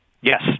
Yes